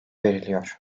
veriliyor